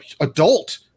adult